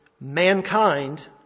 mankind